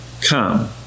come